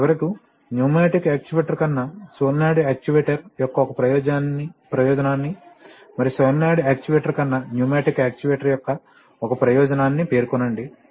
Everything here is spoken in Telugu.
చివరకు న్యూమాటిక్ యాక్చుయేటర్ కన్నా సోలేనోయిడ్ యాక్చుయేటర్ యొక్క ఒక ప్రయోజనాన్ని మరియు సోలేనోయిడ్ యాక్యుయేటర్ కన్నా న్యూమాటిక్ యాక్యుయేటర్ యొక్క ఒక ప్రయోజనాన్ని పేర్కొనండి